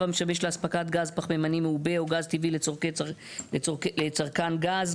המשמש להספקת גז פחמימני מעובה או גז טבעי לצרכן גז,